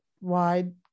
wide